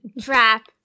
Trap